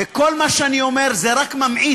וכל מה שאני אומר רק ממעיט